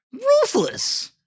Ruthless